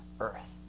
earth